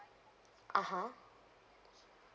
(uh huh)